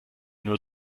nur